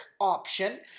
option